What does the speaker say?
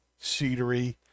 cedary